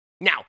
Now